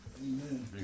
Amen